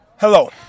hello